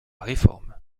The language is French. réforme